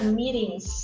meetings